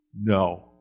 No